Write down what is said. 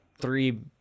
three